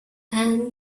and